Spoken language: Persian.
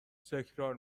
تکرار